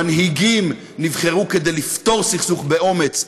מנהיגים נבחרו כדי לפתור סכסוך באומץ.